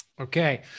Okay